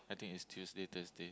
I think it's Tuesday Thursday